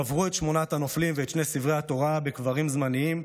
קברו את שמונת הנופלים ואת שני ספרי התורה בקברים זמניים,